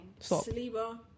Saliba